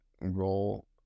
role